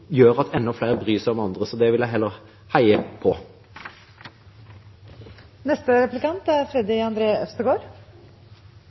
gjør at enda flere bryr seg om andre. Så det vil jeg heller heie